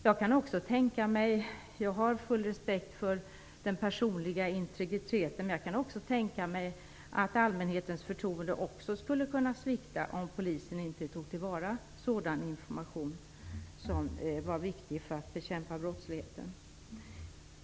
Jag har full respekt för den personliga integriteten, men jag kan också tänka mig att allmänhetens förtroende skulle kunna svikta om polisen inte tog till vara sådan information som var viktig för att bekämpa brottsligheten.